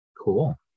Cool